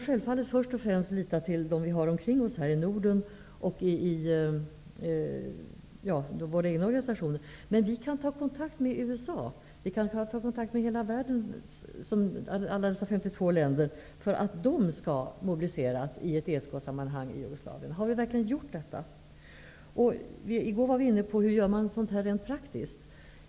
Självfallet skall vi först och främst lita till dem som vi har runt omkring oss här i Norden och i våra egna organisationer. Men vi kan också ta kontakt med USA, ja, med alla de 52 länderna för att få dem mobiliserade i ESK-sammanhang när det gäller Jugoslavien. Har vi verkligen gjort detta? I går var vi inne på hur sådant här rent praktiskt går till.